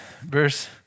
verse